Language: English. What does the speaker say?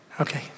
Okay